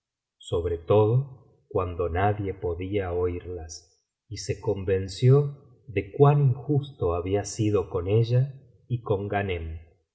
sobre todo cuando nadie podía oirías y se convenció de cuan injusto había sido coa ella y con ghanem